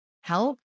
help